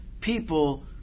people